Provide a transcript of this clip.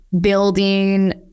building